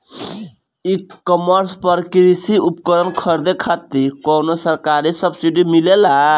ई कॉमर्स पर कृषी उपकरण खरीदे खातिर कउनो सरकारी सब्सीडी मिलेला?